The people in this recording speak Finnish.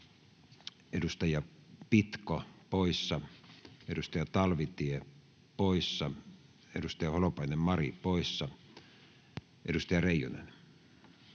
Edustaja Pitko poissa, edustaja Talvitie poissa, edustaja Holopainen, Mari, poissa. — Edustaja Reijonen.